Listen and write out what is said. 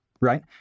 right